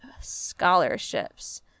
scholarships